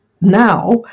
now